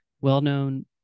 well-known